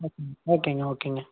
ஓகேங்க ஓகேங்க ஓகேங்க